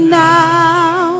now